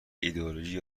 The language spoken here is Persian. ایدئولوژی